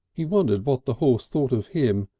he wondered what the horse thought of him,